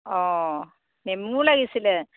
অঁ নেমুও লাগিছিলে